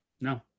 No